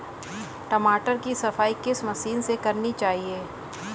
टमाटर की सफाई किस मशीन से करनी चाहिए?